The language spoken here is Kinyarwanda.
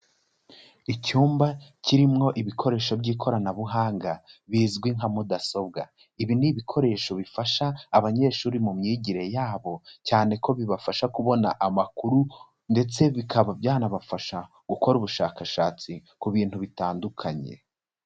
Icyumba kirimo ibikoresho by'ikoranabuhanga bizwi nka mudasobwa, ibi ni ibikoresho bifasha abanyeshuri mu myigire yabo, cyane ko bibafasha kubona amakuru ndetse bikaba byanabafasha gukora ubushakashatsi ku bintu bitandukanye.